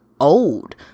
old